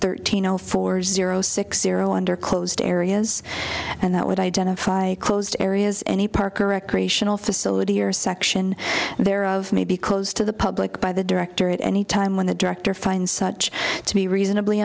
thirteen zero four zero six zero under closed areas and that would identify closed areas any park or recreational facility or section there of may be close to the public by the director at any time when the director find such to be reasonably